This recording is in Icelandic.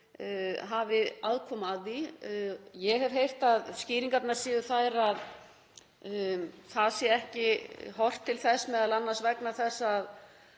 hafi aðkomu að því. Ég hef heyrt að skýringarnar séu þær að það sé ekki horft til þess, m.a. vegna þess að